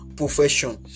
profession